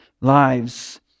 lives